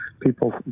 people